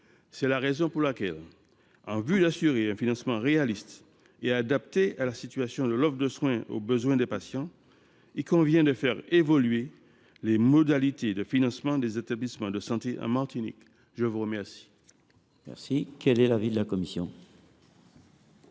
C’est la raison pour laquelle, afin d’assurer un financement réaliste et adapté à la situation de l’offre de soins, il convient de faire évoluer les modalités de financement des établissements de santé en Martinique. Quel